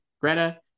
Greta